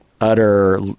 utter